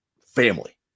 family